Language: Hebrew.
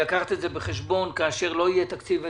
לקחת את זה בחשבון כאשר לא יהיה תקציב ל-2020.